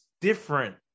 different